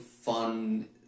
fun